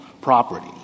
property